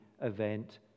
event